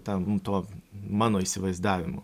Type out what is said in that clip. tam tuo mano įsivaizdavimu